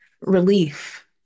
relief